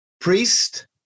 Priest